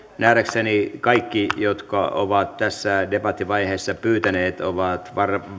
nähdäkseni kaikki jotka ovat tässä debattivaiheessa pyytäneet ovat